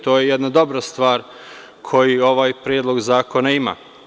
To je jedna dobra stvar koji ovaj predlog zakona ima.